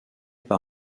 par